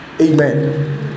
Amen